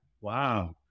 Wow